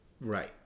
right